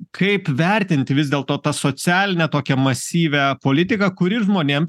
kaip vertint vis dėlto tą socialinę tokią masyvią politiką kuri žmonėm